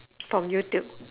from youtube